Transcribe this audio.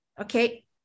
Okay